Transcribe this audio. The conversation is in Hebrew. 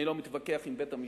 אני לא מתווכח עם בית-המשפט.